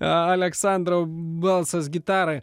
aleksandro balsas gitarai